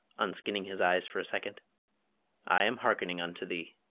unskinning his eyes for a second i am hearkening unto thee.